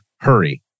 hurry